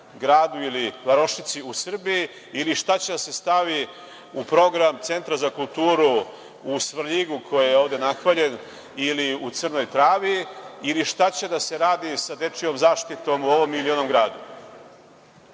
gradu ili varošici u Srbiji, ili šta će da se stavi u program Centra za kulturu u Svrljigu koji je ovde nahvaljen ili u Crnoj Travi, ili šta će da se radi sa dečijom zaštitom u ovom ili onom